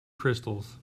crystals